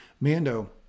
Mando